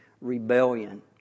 rebellion